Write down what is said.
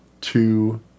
two